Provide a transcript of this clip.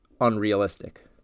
unrealistic